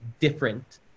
different